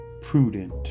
prudent